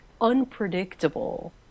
unpredictable